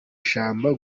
ishyamba